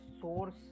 source